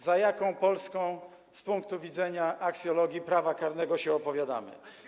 Za jaką Polską z punktu widzenia aksjologii prawa karnego się opowiadamy?